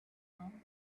along